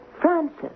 Francis